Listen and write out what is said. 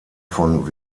von